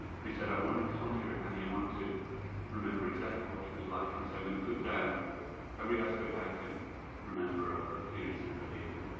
but he said, i want to conjure annie, i want to remember exactly what she was like, and so i'm going to put down every aspect i can remember of her appearance and behaviour.